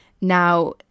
Now